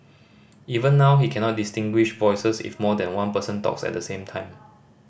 even now he cannot distinguish voices if more than one person talks at the same time